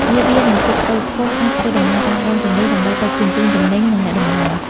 នាវា និងទូកតូចធំអាចធ្វើដំណើរតាមដងទន្លេ ដើម្បីដឹកជញ្ជូនទំនិញ និងអ្នកដំណើរ។